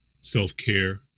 self-care